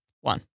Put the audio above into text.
one